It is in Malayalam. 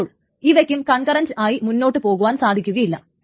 അപ്പോൾ ഇവക്കും കൺകറൻറ്റ് ആയി മുന്നോട്ടു പോകുവാൻ സാധിക്കുകയില്ല